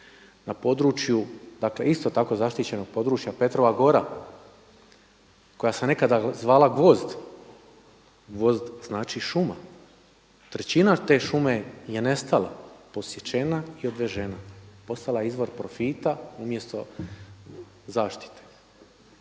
Na području, dakle isto tako zaštićenog područja Petrova gora koja se nekada zvala Gvozd. Gvozd znači šuma. Trećina te šume je nestala, posjećena i odvežena, postala je izvor profita umjesto zaštite.